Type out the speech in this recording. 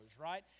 right